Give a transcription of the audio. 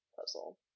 puzzle